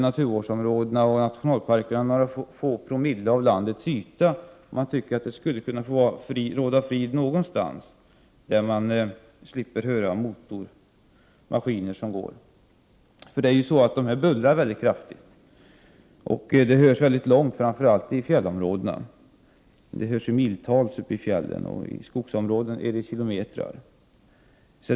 Naturvårdsområdena och nationalparkerna representerar några få promille av landets yta, och man tycker att det skulle kunna få råda frid någonstans, så att man där slapp höra snöskotrar som far fram. Dessa fordon bullrar mycket kraftigt och hörs långt, framför allt i fjällområdena. Där hörs bullret miltals. I skogsområden handlar det om kilometrar.